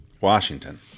Washington